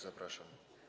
Zapraszam.